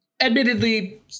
Admittedly